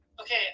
Okay